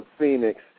Phoenix